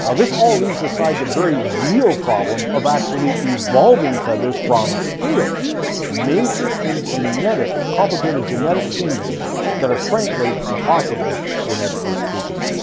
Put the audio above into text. ah this all leaves aside the very real problem of actually evolving feathers from scales major and complicated genetic changes that are frankly impossible, genetically speaking.